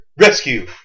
Rescue